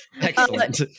Excellent